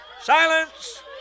Silence